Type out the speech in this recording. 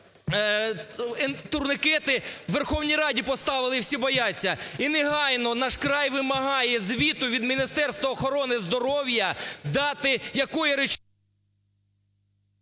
турнікети. У Верховній Раді поставили, і всі бояться. І негайно "Наш край" вимагає звіту від Міністерства охорони здоров'я дати, якою…